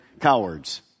cowards